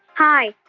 hi.